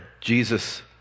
Jesus